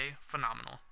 phenomenal